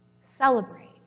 celebrate